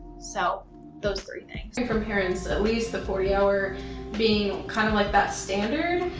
so those three things. from parents, at least the forty hour being kind of like that standard.